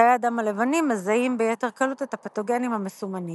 תאי הדם הלבנים מזהים ביתר קלות את הפתוגנים המסומנים,